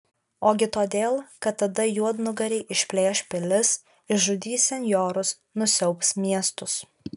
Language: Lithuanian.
ogi todėl kad tada juodnugariai išplėš pilis išžudys senjorus nusiaubs miestus